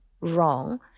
wrong